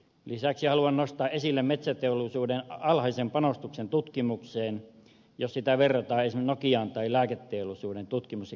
lisäksi haluan nostaa esille metsäteollisuuden alhaisen panostuksen tutkimukseen jos sitä verrataan esimerkiksi nokiaan tai lääketeollisuuden tutkimus ja kehittämistoimintaan